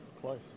Close